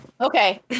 Okay